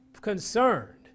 concerned